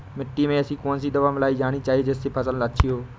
मिट्टी में ऐसी कौन सी दवा मिलाई जानी चाहिए जिससे फसल अच्छी हो?